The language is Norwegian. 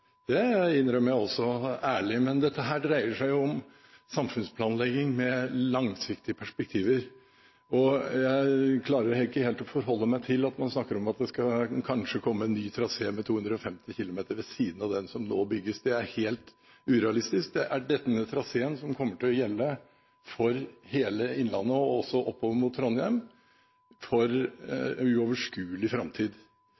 Det innrømmer jeg også ærlig. Men dette dreier seg jo om samfunnsplanlegging med langsiktige perspektiver. Jeg klarer ikke helt å forholde meg til at man snakker om at det kanskje skal komme en ny trasé med 250 km/t ved siden av den som nå bygges. Det er helt urealistisk. Det er denne traseen som kommer til å gjelde for hele innlandet – og også oppover mot Trondheim